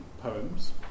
poems